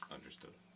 Understood